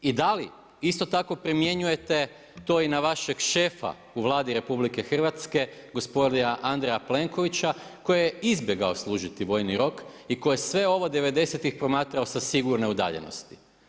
I da li isto tako primjenjujete to i na vašeg šefa u Vladi RH gospodina Andreja Plenkovića koji je izbjegao služiti vojni rok i koji je sve ovo '90.-tih promatrao sa sigurne udaljenosti?